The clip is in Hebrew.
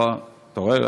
אתה רואה?